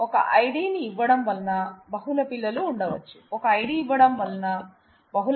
ఒక ID ని ఇవ్వడం వల్ల బహుళ పిల్లలు ఉండవచ్చు ఒక ఐడి ఇవ్వడం వల్ల బహుళ ఫోన్ నెంబర్లు ఉండవచ్చు